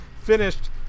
finished